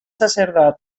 sacerdot